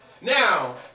Now